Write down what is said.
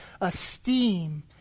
esteem